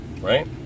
right